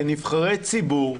כנבחרי ציבור,